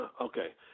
Okay